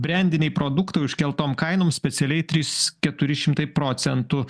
brendiniai produktai užkeltom kainom specialiai trys keturi šimtai procentų